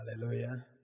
Hallelujah